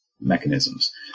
mechanisms